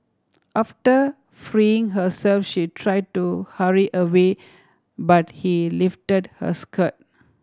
after freeing herself she tried to hurry away but he lifted her skirt